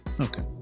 okay